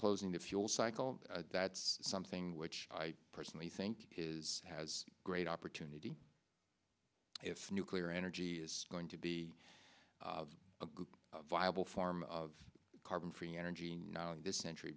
closing the fuel cycle that's something which i personally think is has great opportunity if nuclear energy is going to be a viable form of carbon free energy now in this century